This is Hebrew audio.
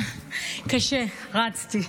קשה, רצתי.